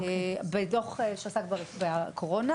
בדוח שעסק בקורונה: